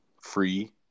Free